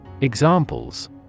Examples